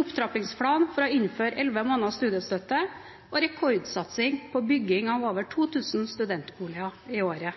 opptrappingsplan for å innføre elleve måneders studiestøtte og rekordsatsing på bygging av over 2 000 studentboliger i året.